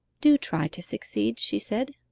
do try to succeed she said,